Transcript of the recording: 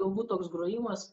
galbūt toks grojimas